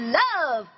love